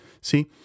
See